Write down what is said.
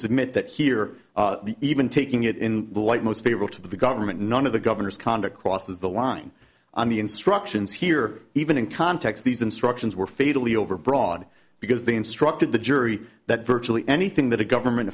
submit that here even taking it in the light most favorable to the government none of the governor's conduct crosses the line on the instructions here even in context these instructions were fatally overbroad because they instructed the jury that virtually anything that a government